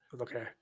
okay